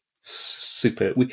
super